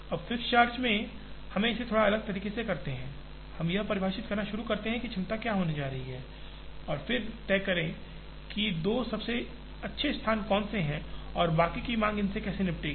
अब fixed charge में हम इसे थोड़ा अलग तरीके से करते हैं हम यह परिभाषित करना शुरू करते हैं कि क्षमता क्या होने जा रही है और फिर तय करें कि दो सबसे अच्छे स्थान कौन से हैं और बाकी की मांगें इससे कैसे निपटेंगी